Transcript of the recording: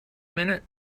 minute